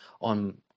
on